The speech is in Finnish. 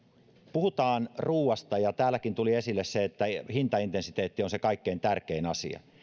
puhutaan ruuasta ja täälläkin tuli esille se että hintaintensiteetti on se kaikkein tärkein asia